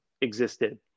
existed